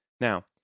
Now